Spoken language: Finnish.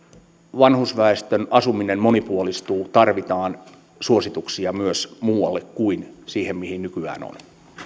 vanhusväestön asuminen monipuolistuu ja tarvitaan suosituksia myös muualle kuin siihen mihin nykyään on no